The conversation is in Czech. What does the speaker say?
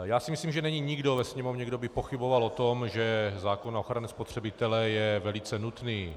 Já si myslím, že není nikdo ve Sněmovně, kdo by pochyboval o tom, že zákon na ochranu spotřebitele je velice nutný.